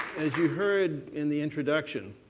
as you heard in the introduction,